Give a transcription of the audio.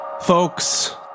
folks